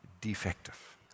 defective